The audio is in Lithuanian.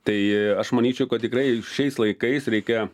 tai aš manyčiau kad tikrai šiais laikais reikia